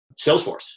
Salesforce